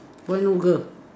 why no girl